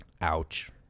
Ouch